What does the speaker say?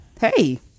Hey